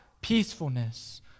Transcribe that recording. peacefulness